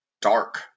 dark